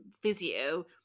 physio